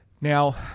Now